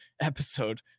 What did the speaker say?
episode